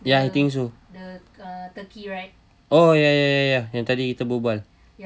ya I think so oh ya ya yang tadi kita berbual-bual